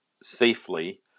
safely